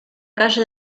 calle